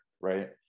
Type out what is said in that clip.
right